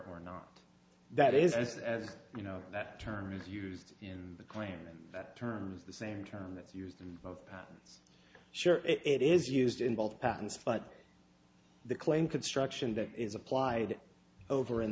or not that is as you know that term is used in the claim in terms of the same term that's used in both patents sure it is used in both patents but the claim construction that is applied over in